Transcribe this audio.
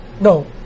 No